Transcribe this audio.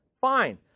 Fine